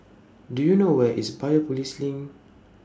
Do YOU know Where IS Biopolis LINK